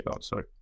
sorry